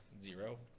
Zero